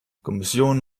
kommission